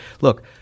Look